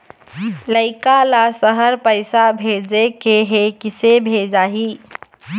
लइका ला शहर पैसा भेजें के हे, किसे भेजाही